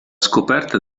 scoperta